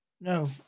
no